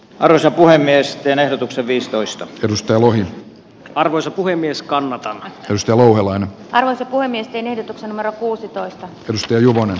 arvoisa puhemies jan ehdotuksen viisitoista edustaja voi arvoisa puhemies kannatan täysturvan varassa puhemiesten ehdotuksen numero kuusitoista risto juvonen